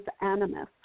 animus